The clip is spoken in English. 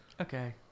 Okay